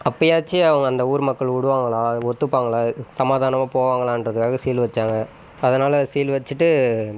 அப்போயாச்சும் அவங்க அந்த ஊர் மக்கள் விடுவாங்களா ஒத்துப்பாங்களா சமாதானமாக போவாங்களான்கிறதுக்காக சீல் வைத்தாங்க அதனால் சீல் வச்சுட்டு